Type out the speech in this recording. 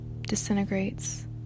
disintegrates